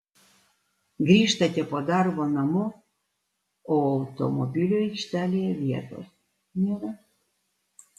grįžtate po darbo namo o automobiliui aikštelėje vietos nėra